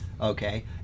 okay